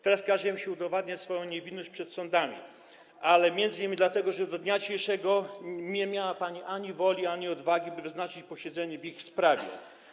Teraz każe im się udowadniać swoją niewinność przed sądami, m.in. dlatego, że do dnia dzisiejszego nie miała pani ani woli, ani odwagi, by wyznaczyć posiedzenie w ich sprawie.